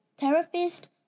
therapist